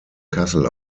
kassel